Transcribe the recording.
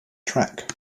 track